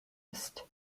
used